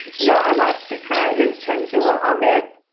you know, our last speaker is tanzila ahmed.